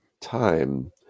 time